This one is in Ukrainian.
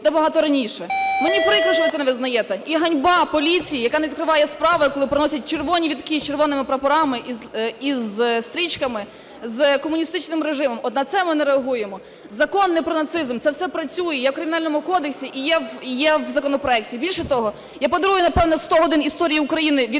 Мені прикро, що ви це не визнаєте. І ганьба поліції, яка не відкриває справи, коли приносять червоні вітки з червоними прапорами… із стрічками з комуністичним режимом, от на це ми не реагуємо. Закон не про нацизм, це все працює, є в Кримінальному кодексі і є в законопроекті. Більше того, я подарую, напевно, "100 годин історії України" від